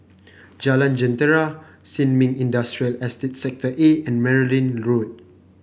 Jalan Jentera Sin Ming Industrial Estate Sector A and Merryn Road